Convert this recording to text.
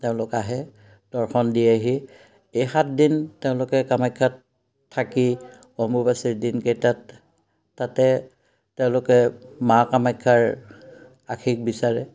তেওঁলোক আহে দৰ্শন দিয়েহি এই সাত দিন তেওঁলোকে কামাখ্যাত থাকি অম্বুবাচীৰ দিনকেইটাত তাতে তেওঁলোকে মা কামাখ্যাৰ আশিস বিচাৰে